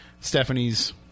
Stephanie's